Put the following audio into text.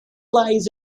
lies